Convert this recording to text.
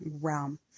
realm